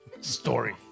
story